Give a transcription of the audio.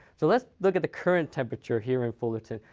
so let's look at the current temperature here in fullerton.